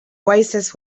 oasis